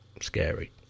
scary